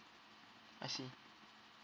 I see